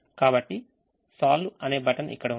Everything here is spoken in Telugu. కాబట్టి solve అనే బటన్ఇక్కడ ఉంది